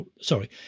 sorry